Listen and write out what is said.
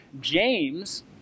James